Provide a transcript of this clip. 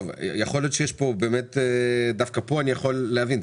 יכול להיות שפה אני דווקא יכול להבין,